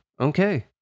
okay